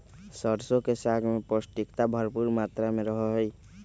सरसों के साग में पौष्टिकता भरपुर मात्रा में रहा हई